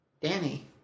Danny